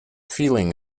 feeling